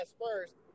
first